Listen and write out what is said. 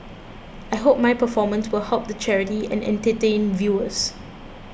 I hope my performance will help the charity and entertain viewers